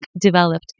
developed